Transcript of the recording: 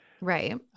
Right